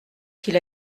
qu’il